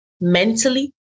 mentally